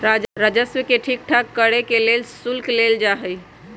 राजस्व के ठीक ठाक रहे के लेल शुल्क लेल जाई छई